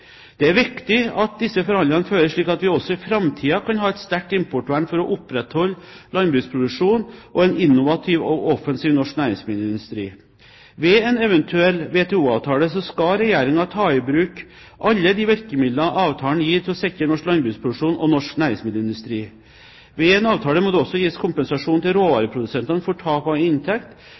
Det er viktig at disse forhandlingene føres slik at vi også i framtiden kan ha et sterkt importvern for å opprettholde landbruksproduksjonen og en innovativ og offensiv norsk næringsmiddelindustri. Ved en eventuell WTO-avtale skal Regjeringen ta i bruk alle de virkemidler avtalen gir til å sikre norsk landbruksproduksjon og norsk næringsmiddelindustri. Ved en avtale må det også gis kompensasjon til råvareprodusentene for tap av inntekt,